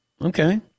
Okay